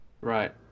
Right